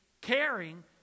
caring